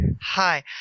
Hi